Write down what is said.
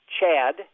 Chad